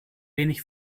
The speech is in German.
wenig